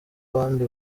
abandi